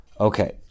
Okay